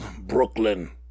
Brooklyn